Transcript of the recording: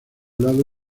lado